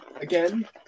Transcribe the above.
Again